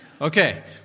Okay